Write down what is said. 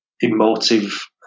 emotive